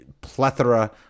plethora